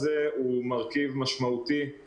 בגלל הפיצול של הכיתות גויסו